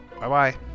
Bye-bye